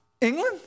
England